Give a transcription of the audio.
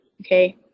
okay